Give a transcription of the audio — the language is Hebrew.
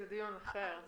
זה דיון אחר.